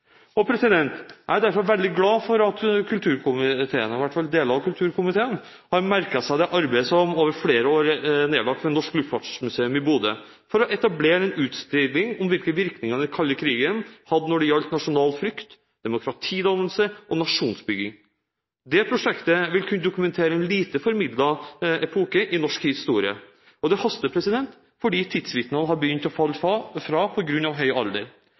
Jeg er derfor veldig glad for at familie- og kulturkomiteen – i hvert fall deler av den – har merket seg det arbeidet som over flere år er nedlagt ved Norsk Luftfartsmuseum i Bodø for å etablere en utstilling om hvilke virkninger den kalde krigen hadde når det gjaldt nasjonal frykt, demokratidannelse og nasjonsbygging. Det prosjektet vil kunne dokumentere en lite formidlet epoke i norsk historie – og det haster fordi tidsvitnene har begynt å falle fra på grunn av høy alder.